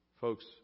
Folks